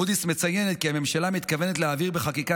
מודי'ס מציינת כי הממשלה מתכוונת להעביר בחקיקה